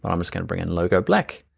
um just gonna bring in logo black.